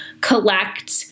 collect